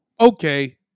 Okay